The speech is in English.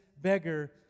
beggar